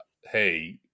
Hey